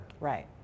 Right